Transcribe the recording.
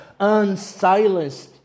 unsilenced